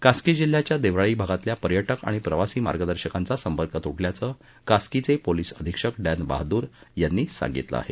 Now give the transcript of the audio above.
कास्की जिल्ह्याच्या देवराळी भागातल्या पर्यटक आणि प्रवासी मार्गदर्शकांचा संपर्क तुटल्याचं कास्कीचे पोलीस अधिक्षक डॅन बहादूर यांनी सांगितलं आहे